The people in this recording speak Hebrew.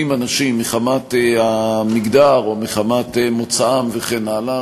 אנשים מחמת המגדר או מחמת מוצאם וכן הלאה,